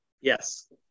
Yes